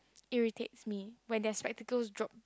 irritates me when their spectacles drop